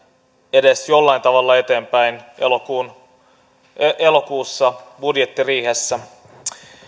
edes jollain tavalla eteenpäin elokuussa budjettiriihessä